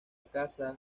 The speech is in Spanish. casa